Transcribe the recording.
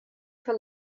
for